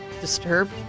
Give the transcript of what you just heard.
disturbed